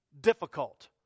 difficult